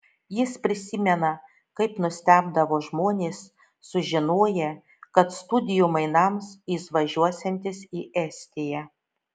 jis prisimena kaip nustebdavo žmonės sužinoję kad studijų mainams jis važiuosiantis į estiją